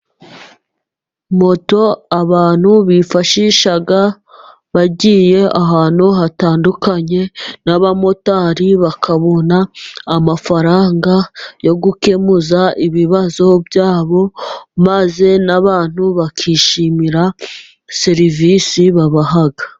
Moto abantu bifashisha bagiye ahantu hatandukanye, n'abamotari bakabona amafaranga yo gukemuza ibibazo byabo. Maze n'abantu bakishimira serivisi babaha.